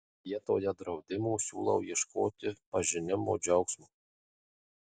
vietoje draudimų siūlau ieškoti pažinimo džiaugsmo